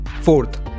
Fourth